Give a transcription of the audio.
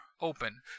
open